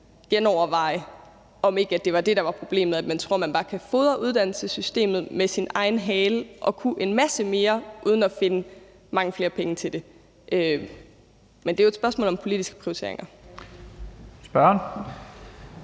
genoverveje, om ikke det var det, der var problemet, altså at man tror, man bare kan fodre uddannelsessystemet med dets egen hale og kan en masse mere uden at finde mange flere penge til det. Men det er jo et spørgsmål om politiske prioriteringer. Kl.